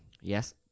yes